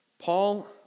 Paul